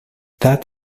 that